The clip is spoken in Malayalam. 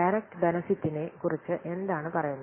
ഡയറക്റ്റ് ബെനെഫിട്ടിനെ കുറിച്ച് എന്താണ് പറയുന്നത്